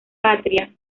patria